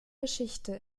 geschichte